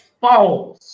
false